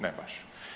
Ne baš.